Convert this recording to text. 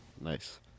Nice